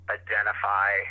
identify